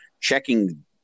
checking